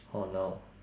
oh no